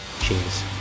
Cheers